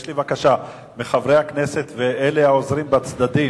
יש לי בקשה מחברי הכנסת ומאלה העוזרים בצדדים: